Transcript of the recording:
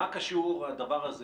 אני מנסה להבין איך הדבר הזה